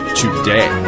today